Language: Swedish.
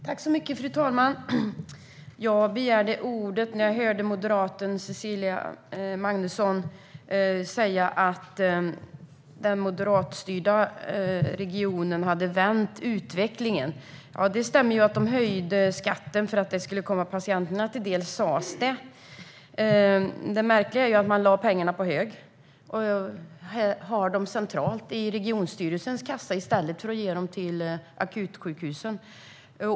Fru talman! Jag begärde ordet när jag hörde moderaten Cecilia Magnusson säga att den moderatstyrda regionen hade vänt utvecklingen. Det stämmer att de höjde skatten för att pengarna skulle komma patienterna till del. I alla fall var det vad som sas. Men det märkliga är att man lade pengarna på hög och nu har dem centralt, i regionstyrelsens kassa, i stället för att ge dem till akutsjukhusen.